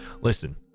listen